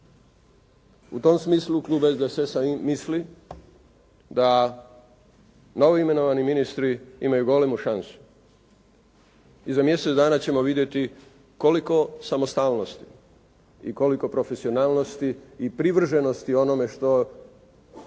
U tom smislu klub SDSS-a misli da novi imenovani ministri imaju golemu šansu i za mjesec dana ćemo vidjeti koliko samostalnosti i koliko profesionalnosti i privrženosti onome što